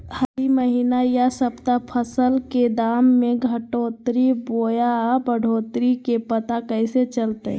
हरी महीना यह सप्ताह फसल के दाम में घटोतरी बोया बढ़ोतरी के पता कैसे चलतय?